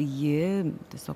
ji tiesiog